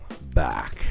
back